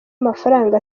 amafaranga